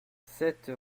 sept